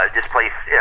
displaced